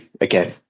again